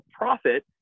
profit